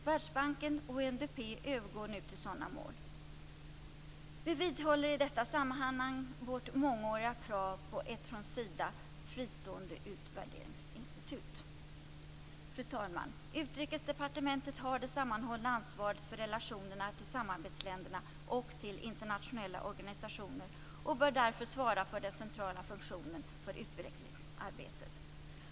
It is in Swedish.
Världsbanken och UNDP övergår nu till sådana mål. Vi vidhåller i detta sammanhang vårt mångåriga krav på ett från Sida fristående utvärderingsinstitut. Fru talman! Utrikesdepartementet har det sammanhållna ansvaret för relationerna till samarbetsländerna och till internationella organisationer och bör därför svara för den centrala funktionen för utvecklingsarbetet.